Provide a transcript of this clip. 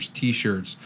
T-shirts